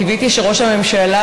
קיוויתי שראש הממשלה,